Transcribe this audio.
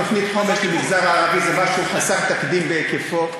תוכנית חומש למגזר הערבי זה משהו חסר תקדים בהיקפו,